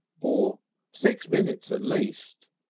or six minutes at least,